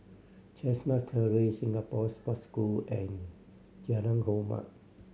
Chestnut Terrace Singapore Sports School and Jalan Hormat